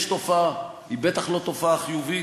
יש תופעה, היא בטח לא תופעה חיובית,